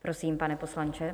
Prosím, pane poslanče.